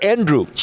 Andrew